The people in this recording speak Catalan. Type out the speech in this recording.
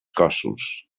cossos